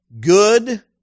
good